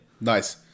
Nice